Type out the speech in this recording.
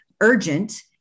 urgent